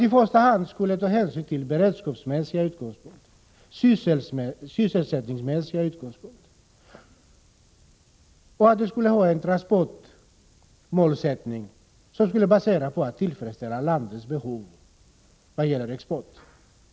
I första hand skulle man då ta hänsyn till beredskapsmässiga och sysselsättningsmässiga synpunkter, och man skulle ha en transportpolitisk målsättning baserad på tillgodoseende av landets behov på exportsidan.